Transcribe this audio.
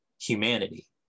humanity